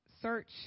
search